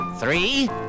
Three